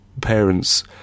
parents